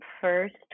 first